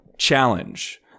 challenge